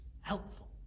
helpful